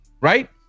right